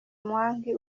mwangi